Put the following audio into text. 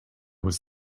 was